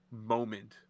moment